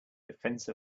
defense